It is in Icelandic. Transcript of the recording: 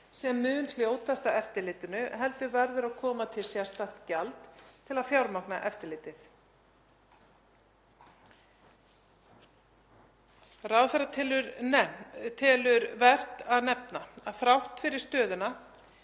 sem mun hljótast af eftirlitinu heldur verður að koma til sérstakt gjald til að fjármagna eftirlitið. Ráðherra telur vert að nefna að þrátt fyrir stöðuna